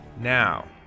now